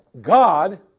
God